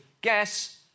guess